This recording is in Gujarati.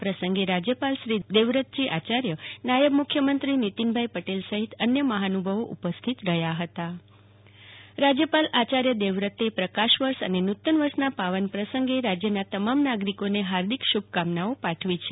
આ પ્રસંગે રાજયપાલશ્રી દેવવ્રતજી આચાર્ય નાયબ મુખ્યમંત્રી નીતિનભાઈ પટેલ સહિત અનેક મહાનુ ભાવો ઉપસ્થિત રહ્યા હતા જાગુ તિ વકીલ દીપાવલી શુભકામના રાજયપાલ રાજ્યપાલ આચાર્ય દેવવ્રતે પ્રકાશપર્વ અને નૂ તનવર્ષના પાવન પ્રસંગે રાજ્યના તમામ નાગરિકોને હાર્દિક શુભકામનાઓ પાઠવી છે